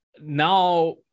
now